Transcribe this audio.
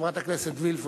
חברת הכנסת וילף,